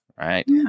right